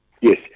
Yes